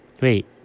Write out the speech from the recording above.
Wait